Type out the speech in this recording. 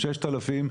6,000,